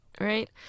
right